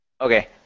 Okay